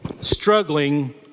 struggling